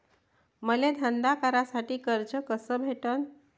मले धंदा करासाठी कर्ज कस भेटन?